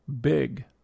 Big